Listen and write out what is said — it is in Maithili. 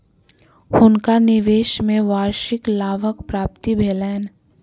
हुनका निवेश में वार्षिक लाभक प्राप्ति भेलैन